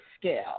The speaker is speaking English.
scale